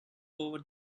over